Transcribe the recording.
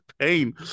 pain